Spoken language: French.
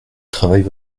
travaille